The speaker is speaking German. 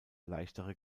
leichtere